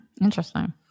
Interesting